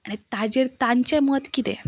आनी ताचेर तांचे मत कितें